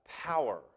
power